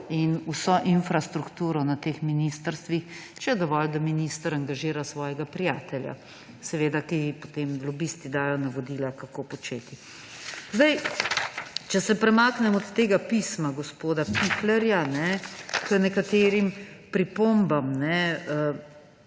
in vso infrastrukturo na teh ministrstvih, če je dovolj, da minister angažira svojega prijatelja, ki mu potem lobisti dajo navodila, kako početi. Če se premaknem od tega pisma gospoda Pichlerja k nekaterim pripombam. Jaz